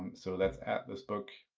so let's add this book.